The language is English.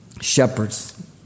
Shepherds